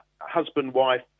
husband-wife